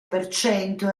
percento